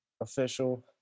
official